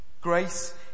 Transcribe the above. Grace